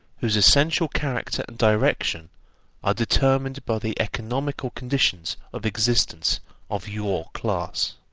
whose essential character and direction are determined by the economical conditions of existence of your class.